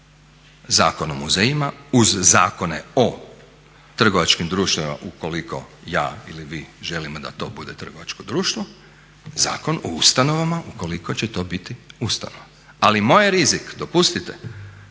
Zakon o muzejima, uz Zakon o trgovačkim društvima ukoliko ja ili vi želimo da to bude trgovačko društvo, Zakon o ustanovama ukoliko će to biti ustanova. Ali moj je rizik, dopustite,